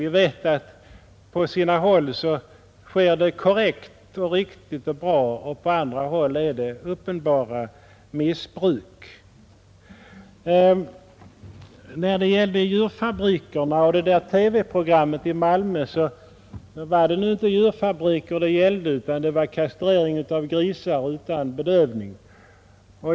Vi vet att på sina håll är allt korrekt, riktigt och bra medan det på andra håll förekommer uppenbara missförhållanden. Vad gäller djurfabrikerna och TV-programmet i Malmö så var det inte djurfabriker det var fråga om den gången utan kastrering av grisar utan bedövning.